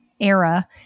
era